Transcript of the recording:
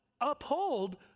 uphold